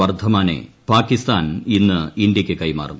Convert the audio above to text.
വർദ്ധമാനെ പാകിസ്ഥാൻ ഇന്ന് ഇന്ത്യയ്ക്ക് കൈമാറും